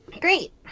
Great